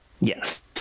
Yes